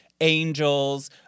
angels